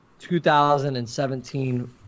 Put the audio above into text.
2017